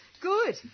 good